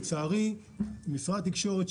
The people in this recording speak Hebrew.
לצערי משרד התקשורת,